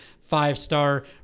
five-star